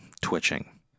twitching